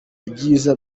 ibyiza